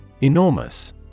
Enormous